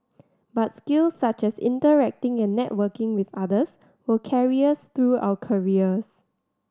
but skills such as interacting and networking with others will carry us through our careers